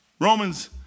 Romans